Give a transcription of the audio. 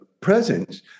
presence